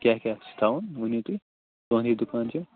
کیٚاہ کیٚاہ چھُ تھاوُن ؤنِو تُہۍ تُہنٛدُے دُکان چھُ